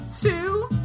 two